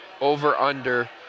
over-under